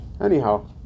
anyhow